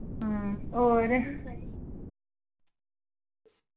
हां और